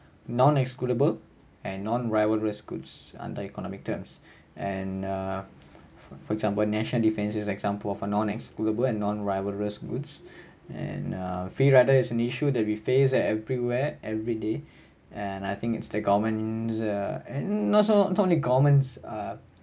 non excludable and non rivalrous goods under economic terms and err for for example national defenses is an example of a non excusable and non rivalrous goods and uh free rider is an issue that we face at everywhere everyday and I think it's the governments uh and not so until the governments ah